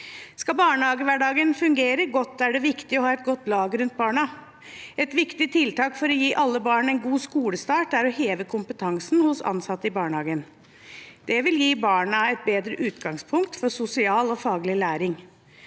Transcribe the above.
Skal barnehagehverdagen fungere godt, er det viktig å ha et godt lag rundt barna. Et viktig tiltak for å gi alle barn en god skolestart er å heve kompetansen hos ansatte i barnehagen. Det vil gi barna et bedre utgangspunkt for sosial og faglig læring.